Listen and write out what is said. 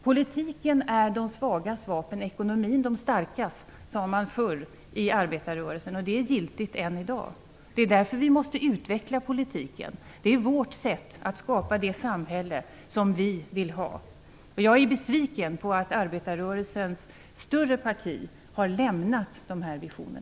Politiken är de svagas vapen, ekonomin de starkas, sade man förr i arbetarrörelsen, och också det är giltigt än i dag. Det är därför som vi måste utveckla politiken; den är vårt sätt att skapa det samhälle som vi vill ha. Jag är besviken på att arbetarrörelsens större parti har lämnat dessa visioner.